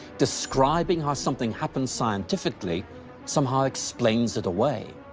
describing how something happens scientifically somehow explains it away.